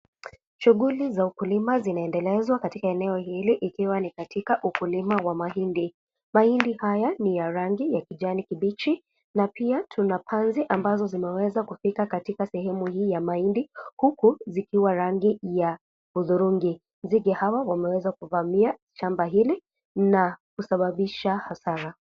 Shughuli za ukulima zinaendelezwa katika eneo hili ikiwa ni katika ukulima wa mahindi. Mahindi haya ni ya rangi ya kijani kibichi na pia tuna panzi ambazo zimeweza kufika katika sehemu hii ya mahindi. Huku zikiwa rangi ya hudhurungi. Nzige hawa wameweza kuvamia shamba hili na kusababisha hasara.